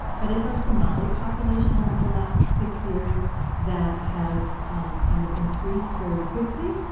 but it's our somali population over the last six years that has kind of increased very quickly.